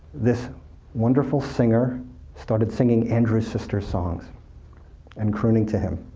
this wonderful singer started singing andrews sisters songs and crooning to him,